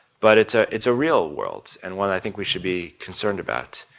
but it's ah it's a real world and one i think we should be concerned about.